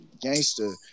Gangster